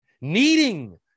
needing